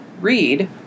read